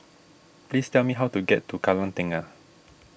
please tell me how to get to Kallang Tengah